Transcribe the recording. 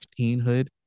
teenhood